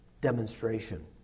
demonstration